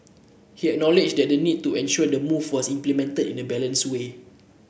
he acknowledged that the need to ensure the move was implemented in a balanced way